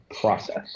process